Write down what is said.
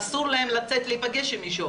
אסור להם לצאת ולהפגש עם מישהו,